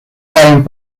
lion